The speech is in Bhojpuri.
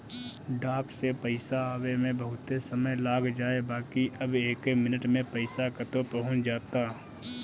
डाक से पईसा आवे में बहुते समय लाग जाए बाकि अब एके मिनट में पईसा कतो पहुंच जाता